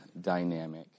dynamic